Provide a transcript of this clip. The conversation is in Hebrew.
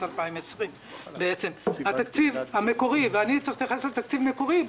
2020. התקציב המקורי ואני צריך להתייחס לתקציב מקורי,